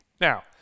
Now